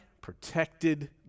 protected